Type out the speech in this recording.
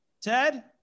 Ted